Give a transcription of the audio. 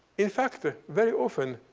in fact ah very often,